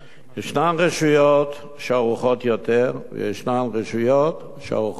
ישנן רשויות שערוכות יותר וישנן רשויות שערוכות פחות.